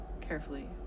Carefully